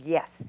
Yes